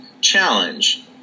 challenge